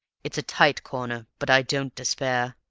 it's a tight corner, but i don't despair.